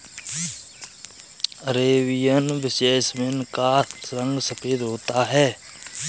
Arabian jasmine का रंग सफेद होता है